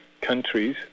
countries